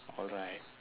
alright